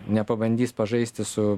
nepabandys pažaisti su